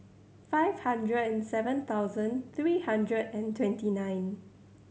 five hundred and seven thousand three hundred and twenty nine